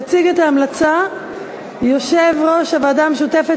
יציג את ההמלצה יושב-ראש הוועדה המשותפת